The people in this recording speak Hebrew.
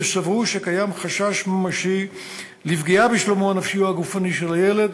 אם סברו שקיים חשש ממשי לפגיעה בשלומו הנפשי או הגופני של הילד,